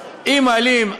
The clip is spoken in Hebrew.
אם מעלים,